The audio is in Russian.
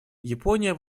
япония